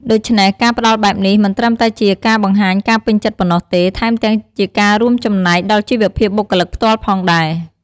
ដូច្នេះ ការផ្ដល់បែបនេះ មិនត្រឹមតែជាការបង្ហាញការពេញចិត្តប៉ុណ្ណោះទេ ថែមទាំងជាការរួមចំណែកដល់ជីវភាពបុគ្គលិកផ្ទាល់ផងដែរ។